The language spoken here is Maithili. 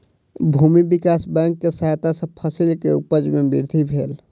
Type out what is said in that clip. भूमि विकास बैंक के सहायता सॅ फसिल के उपज में वृद्धि भेल